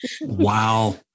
Wow